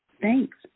Thanks